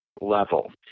level